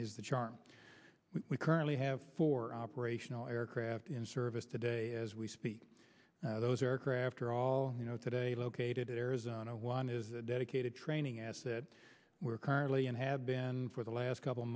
is the charm we currently have four operational aircraft in service today as we speak those are craft are all you know today located in arizona one is a dedicated training as it were currently and have been for the last couple